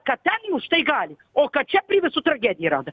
kad ten jūs tai galit o kad čia prie visų tragedija rado